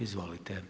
Izvolite.